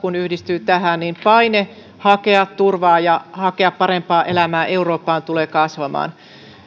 yhdistyy tähän niin paine hakea turvaa ja hakea parempaa elämää euroopasta tulee kasvamaan